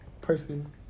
person